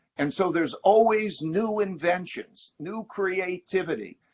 and so there's always new inventions, new creativity,